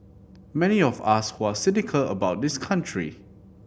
many of us who are cynical about this country